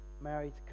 married